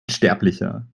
sterblicher